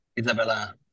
isabella